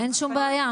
אין שום בעיה.